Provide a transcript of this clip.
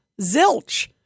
Zilch